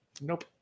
Nope